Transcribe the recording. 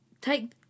take